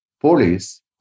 police